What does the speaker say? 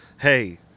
hey